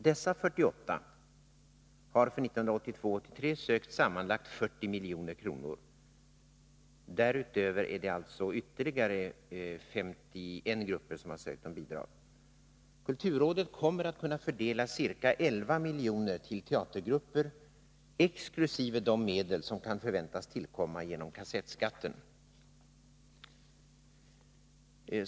Dessa 48 grupper har för 1982/83 sökt sammanlagt 40 milj.kr. Därutöver är det alltså ytterligare 51 grupper som har sökt om bidrag. Kulturrådet kommer att kunna fördela ca 11 milj.kr. till teatergrupper, exkl. de medel som kan förväntas tillkomma genom kassettskatten.